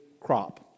crop